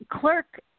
clerk